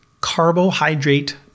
carbohydrate